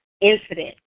incident